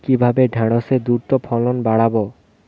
কিভাবে ঢেঁড়সের দ্রুত ফলন বাড়াব?